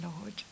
Lord